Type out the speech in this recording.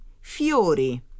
fiori